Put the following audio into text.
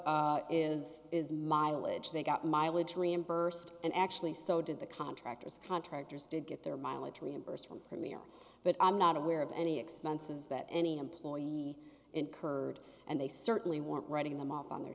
of is is mileage they got mileage reimbursed and actually so did the contractors contractors did get their mileage reimbursed from premier but i'm not aware of any expenses that any employee incurred and they certainly weren't writing them off on their